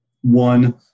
one